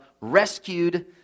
rescued